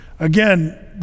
Again